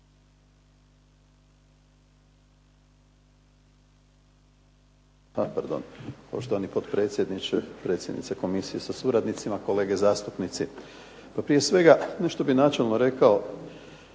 (HDZ)** Poštovani potpredsjedniče, predsjednice komisije sa suradnicima, kolege zastupnici. Prije svega, nešto bih načelno rekao